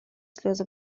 слезы